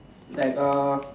like uh